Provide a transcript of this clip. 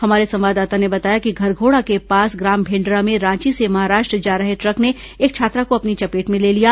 हमारे संवाददाता ने बताया कि घरघोड़ा के पास ग्राम भेंडरा में रांची से महाराष्ट्र जा रहे ट्रक ने एक छात्रा को अपनी चपेट में ले लिया